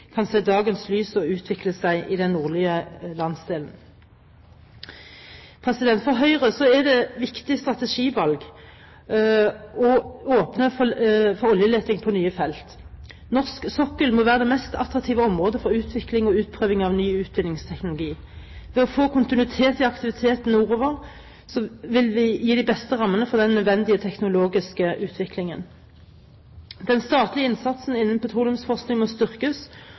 kan se dagens lys og utvikle seg i den nordlige landsdelen. For Høyre er det et viktig strategivalg å åpne for oljeleting på nye felt. Norsk sokkel må være det mest attraktive området for utvikling og utprøving av ny utvinningsteknologi. Ved å få kontinuitet i aktiviteten nordpå vil vi gi de beste rammene for den nødvendige teknologiske utviklingen. Den statlige innsatsen innen petroleumsforskning må styrkes,